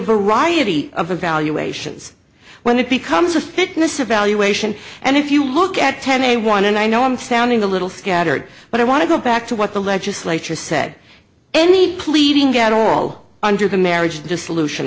variety of evaluations when it becomes a fitness evaluation and if you look at ten a one and i know i'm sounding a little scattered but i want to go back to what the legislature said any pleading at all under the marriage just solution